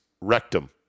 rectum